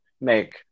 make